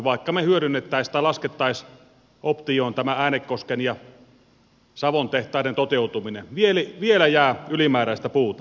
vaikka me laskisimme optioon tämän äänekosken ja savon tehtaiden toteutuminen vielä jää ylimääräistä puuta